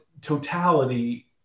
totality